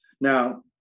Now